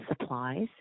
supplies